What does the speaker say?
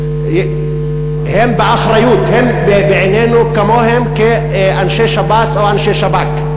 שהם באחריות, בעינינו הם כאנשי שב"ס או אנשי שב"כ,